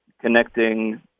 connecting